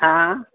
हा